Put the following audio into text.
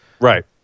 Right